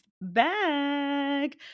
back